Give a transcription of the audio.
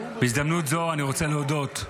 בהזדמנות זו אני רוצה להודות,